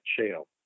shale